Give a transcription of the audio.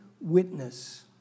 witness